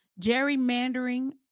gerrymandering